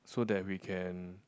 so that we can